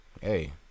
Hey